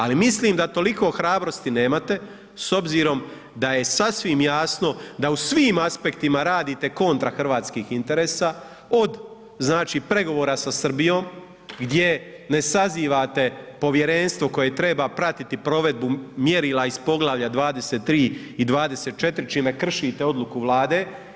Ali mislim da toliko hrabrosti nemate s obzirom da je sasvim jasno da u svim aspektima radite kontra hrvatskih interesa, od znači, pregovora sa Srbijom gdje ne sazivate povjerenstvo koje treba pratiti provedbu mjerila iz Poglavlja 23. i 24. čime kršite odluku Vlade.